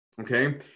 okay